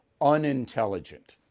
unintelligent